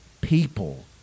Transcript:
people